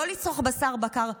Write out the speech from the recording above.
לא לצרוך בשר בקר בכלל.